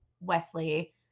Wesley